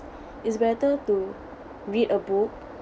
it's better to read a book